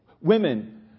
women